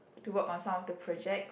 to work on some of the projects